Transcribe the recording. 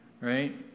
right